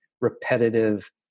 repetitive